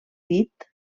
dit